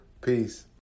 Peace